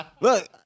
Look